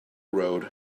road